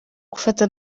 gufata